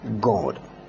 God